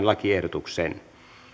lakiehdotuksesta